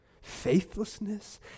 faithlessness